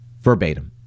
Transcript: verbatim